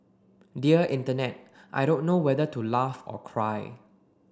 dear Internet I don't know whether to laugh or cry